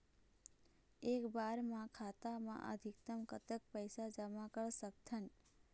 एक बार मा खाता मा अधिकतम कतक पैसा जमा कर सकथन?